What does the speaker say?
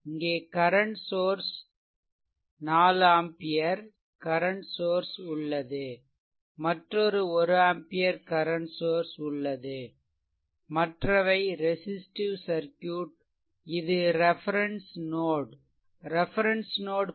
இங்கே current source 4 ampere current source உள்ளது மற்றொரு 1 ஆம்பியர் கரண்ட் சோர்ஸ் இங்கே உள்ளது மற்றவை ரெசிஸ்ட்டிவ் சர்க்யூட் இது ரெஃபெரென்ஸ் நோட் பொடன்சியல் 0